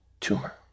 tumor